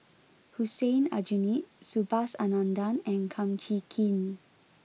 Hussein Aljunied Subhas Anandan and Kum Chee Kin